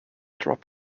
drop